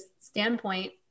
standpoint